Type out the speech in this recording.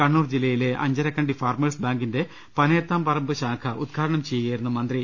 കണ്ണൂർ ജില്ലിയിലെ അഞ്ചരക്കണ്ടി ഫാർമേഴ്സ് ബാങ്കിന്റെ പനയത്താംപറമ്പ് ശാഖ ഉദ്ഘാടനം ചെയ്യുകയായിരുന്നു മന്ത്രി